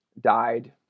died